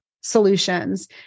solutions